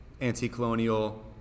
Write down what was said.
anti-colonial